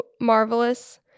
marvelous